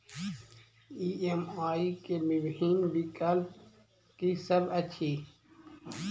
EMI केँ विभिन्न विकल्प की सब अछि